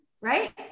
right